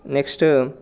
next